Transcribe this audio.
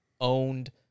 owned